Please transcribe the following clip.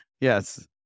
Yes